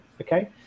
Okay